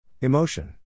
Emotion